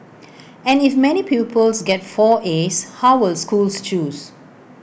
and if many pupils get four as how will schools choose